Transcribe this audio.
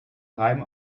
reim